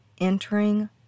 entering